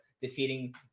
defeating